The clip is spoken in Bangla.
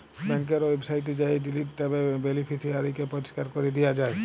ব্যাংকের ওয়েবসাইটে যাঁয়ে ডিলিট ট্যাবে বেলিফিসিয়ারিকে পরিষ্কার ক্যরে দিয়া যায়